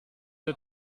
der